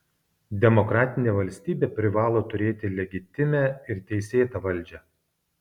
demokratinė valstybė privalo turėti legitimią ir teisėtą valdžią